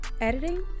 Editing